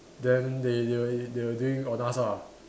then they they were they were doing on us ah